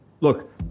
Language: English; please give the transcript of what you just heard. Look